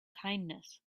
kindness